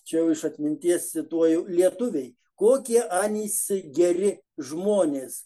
čia jau iš atminties cituoju lietuviai kokie anys geri žmonės